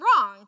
wrong